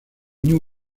new